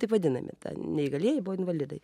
taip vadinami neįgalieji buvo invalidai